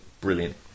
brilliant